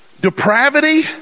depravity